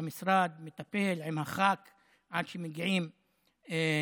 המשרד מטפל עם הח"כ עד שמגיעים לפתרון.